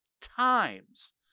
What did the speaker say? times